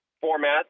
format